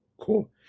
Cool